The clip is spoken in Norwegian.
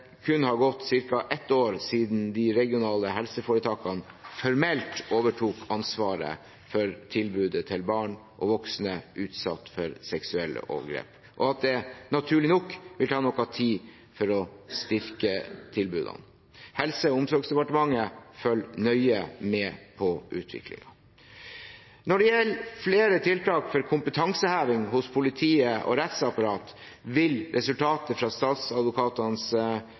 kun har gått ca. ett år siden de regionale helseforetakene formelt overtok ansvaret for tilbudet til barn og voksne utsatt for seksuelle overgrep. Naturlig nok vil det ta noe tid å styrke tilbudene, og Helse- og omsorgsdepartementet følger nøye med på utviklingen. Når det gjelder flere tiltak for kompetanseheving hos politiet og rettsapparatet, vil resultatene fra Statsadvokatenes